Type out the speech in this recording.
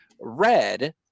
red